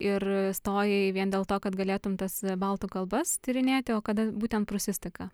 ir stojai vien dėl to kad galėtum tas baltų kalbas tyrinėti o kad būtent prūsistika